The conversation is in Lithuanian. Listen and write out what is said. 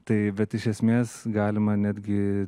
tai bet iš esmės galima netgi